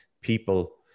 people